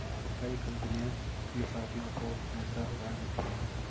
कई कंपनियां अपने साथियों को पैसा उधार देती हैं